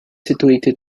situated